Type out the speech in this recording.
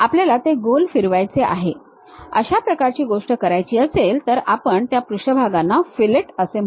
आपल्याला ते गोल फिरवायचे आहे अशा प्रकारची गोष्ट करायची असेल तर आपण त्या पृष्ठभागांना फिलेट असे म्हणतो